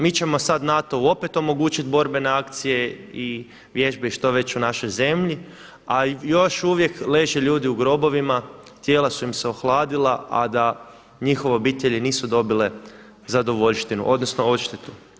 Mi ćemo sada NATO-u opet omogućiti borbene akcije i vježbe ili što već u našoj zemlji, a još uvijek leže ljudi u grobovima, tijela su im se ohladila, a da njihove obitelji nisu dobile zadovoljštinu odnosno odštetu.